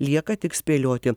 lieka tik spėlioti